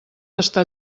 està